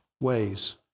ways